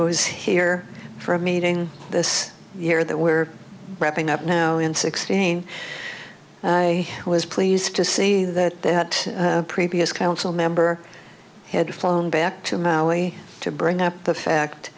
was here for a meeting this year that we're wrapping up now in sixteen i was pleased to see that at a previous council member had flown back to maui to bring up the fact